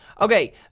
Okay